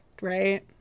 right